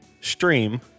stream